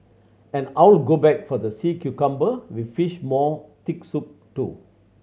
and I'll go back for the sea cucumber with fish maw thick soup too